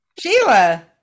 Sheila